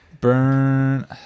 Burn